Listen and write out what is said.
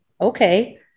okay